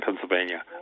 Pennsylvania